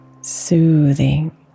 soothing